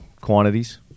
quantities